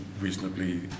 reasonably